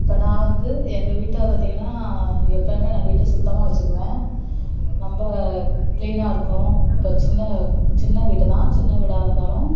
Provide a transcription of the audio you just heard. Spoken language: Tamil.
இப்போ நான் வந்து எங்கள் வீட்டை பார்த்திங்கனா எப்போயுமே நான் வீட்டை சுத்தமாக வச்சுக்குவேன் ரொம்ப கிளீனாக இருக்கும் இப்போ சின்ன சின்ன வீடுதான் சின்ன வீடாக இருந்தாலும்